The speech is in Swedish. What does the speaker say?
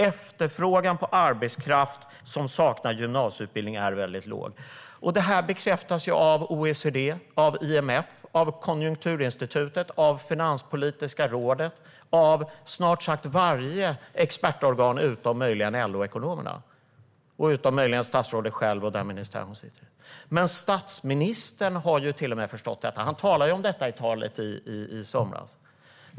Efterfrågan på arbetskraft som saknar gymnasieutbildning är väldigt låg. Det här bekräftas av OECD, av IMF, av Konjunkturinstitutet, av Finanspolitiska rådet och av snart sagt varje expertorgan utom möjligen av LO-ekonomerna och utom möjligen av statsrådet själv och den ministär hon sitter i. Men statsministern har till och med förstått detta. Han talade om detta i somras.